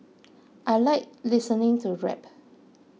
I like listening to rap